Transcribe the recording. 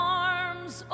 arms